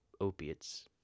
opiates